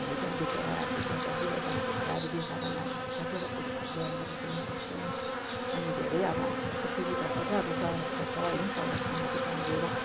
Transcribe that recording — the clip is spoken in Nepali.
हामीले त्यहाँ देखेर हामीले त्यहाँको जिव जन्तुहरूलाई अब देखाएर नानीहरूलाई कतिवटा कुरोहरू ध्यान दिनु पनि सक्छौँ अनि धेरै अब हामीलाई चाहिँ सुविधा आएको छ अब चौरस्ता छ होइन चौरस्तामा चाहिँ त्यहाँ गएर